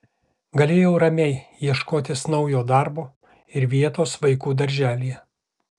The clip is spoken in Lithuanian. galėjau ramiai ieškotis naujo darbo ir vietos vaikų darželyje